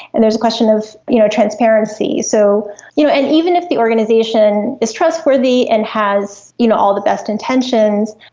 and there is a question of you know transparency. so you know and even if the organisation is trustworthy and has you know all the best intentions,